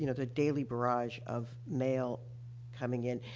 you know the daily barrage of mail coming in,